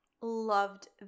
loved